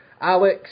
Alex